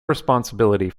responsibility